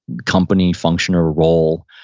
company, function or role,